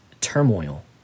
turmoil